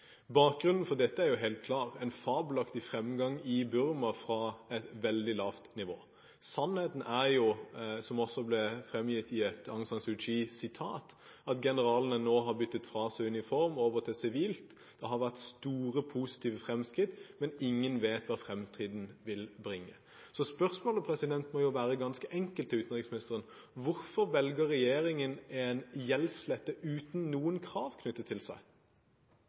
Bakgrunnen for dette er jo helt klar: en fabelaktig fremgang i Burma, fra et veldig lavt nivå. Sannheten, som også ble gjengitt i et Aung San Suu Kyi-sitat, er at generalene nå har byttet fra uniform til sivilt. Det har vært store positive fremskritt, men ingen vet hva fremtiden vil bringe. Så spørsmålet til utenriksministeren må ganske enkelt være: Hvorfor velger regjeringen en gjeldsslette uten noen krav knyttet til seg?